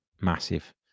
massive